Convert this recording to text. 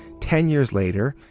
ten years later,